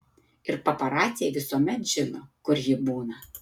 ir paparaciai visuomet žino kur ji būna